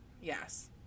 yes